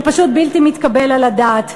זה פשוט בלתי מתקבל על הדעת.